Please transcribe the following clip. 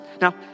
Now